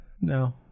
No